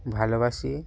ভালোবাসি